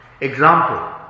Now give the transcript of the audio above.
Example